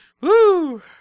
woo